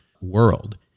world